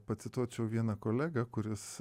pacituočiau vieną kolegą kuris